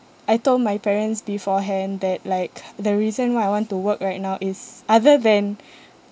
I told my parents beforehand that like the reason why I want to work right now is other than